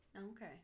Okay